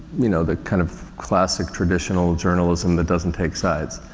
you know, the kind of classic traditional journalism that doesn't take sides.